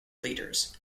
leaders